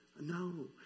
No